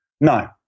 No